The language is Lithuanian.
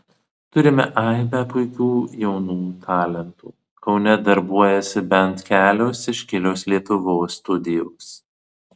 turime aibę puikių jaunų talentų kaune darbuojasi bent kelios iškilios lietuvos studijos